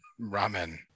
Ramen